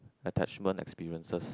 attachment experiences